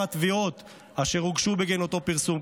התביעות אשר הוגשו בגין אותו פרסום,